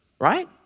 Right